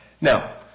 Now